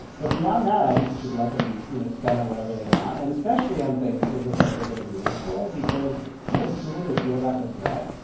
but beyond that i think you should let them you know spend on whatever they want, and especially on things that look like they're going to be wasteful because you know the sooner they feel that regret,